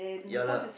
ya lah